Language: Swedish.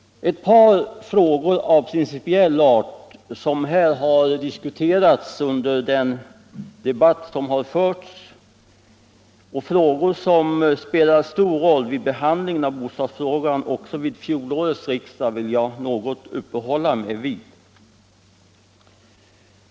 Ett par frågor av principiell art som diskuterats här vill jag beröra, frågor som spelade en stor roll också vid behandlingen av bostadsfrågan vid fjolårets riksdag.